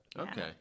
okay